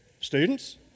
students